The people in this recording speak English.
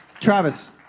Travis